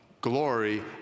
Glory